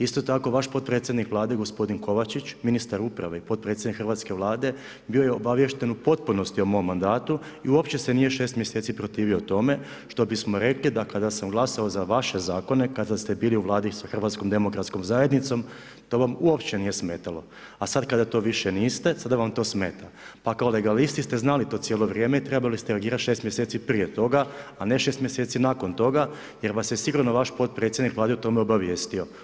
Isto tako vaš potpredsjednik Vlade gospodin Kovačić, ministar uprave i potpredsjednik hrvatske Vlade, bio je obaviješten u potpunosti o mom mandatu i uopće se nije 6 mjeseci protivio tome što bismo rekli da kada sam glasao za vaše zakone kada ste bili u Vladi sa HDZ-om, to vam uopće nije smetalo a sad kada to više niste, sada vam to smeta pa kao legalisti ste znali to cijelo vrijeme i trebali ste reagirati 6 mjeseci prije toga a ne 6 mjeseci nakon toga jer vas je sigurno vaš potpredsjednik Vlade o tome obavijestio.